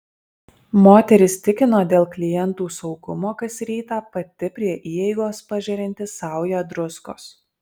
moteris tikino dėl klientų saugumo kas rytą pati prie įeigos pažerianti saują druskos